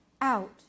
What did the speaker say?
out